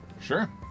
Sure